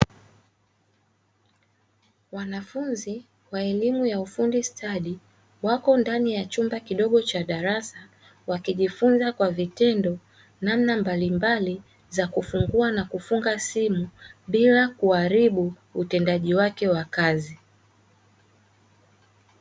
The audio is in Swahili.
Wanafunzi wa elimu ya ufundi stadi, wako ndani ya chumba kidogo cha darasa wakijifunza kwa vitendo namna mbalimbali za kufungua na kufunga simu, bila kuharibu utendaji wake wa kazi.